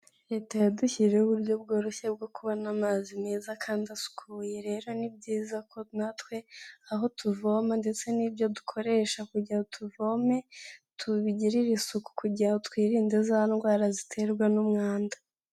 Leta yadushyiriyeho uburyo bworoshye bwo kubona amazi meza kandi asukuye, rero ni byiza ko natwe aho tuvoma ndetse n'ibyo dukoresha kugira tuvome tubigirire isuku kugira twirinde za ndwara ziterwa n'umwanda.